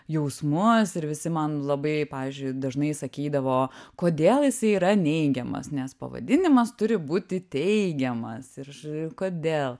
jausmus ir visi man labai pavyzdžiui dažnai sakydavo kodėl jisai yra neigiamas nes pavadinimas turi būti teigiamas ir kodėl